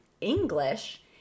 English